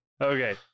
Okay